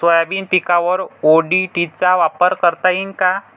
Soybean पिकावर ODT चा वापर करता येईन का?